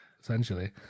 essentially